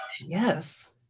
Yes